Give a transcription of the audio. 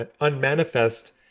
unmanifest